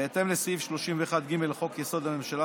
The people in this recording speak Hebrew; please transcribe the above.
בהתאם לסעיף 31(ג) לחוק-יסוד: הממשלה,